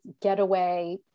getaway